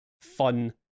fun